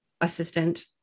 assistant